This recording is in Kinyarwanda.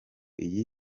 iyi